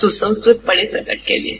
सुसंस्कृतपणे प्रकट केलेली आहे